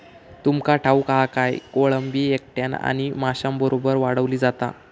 तुमका ठाऊक हा काय, कोळंबी एकट्यानं आणि माशांबरोबर वाढवली जाता